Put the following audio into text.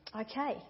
Okay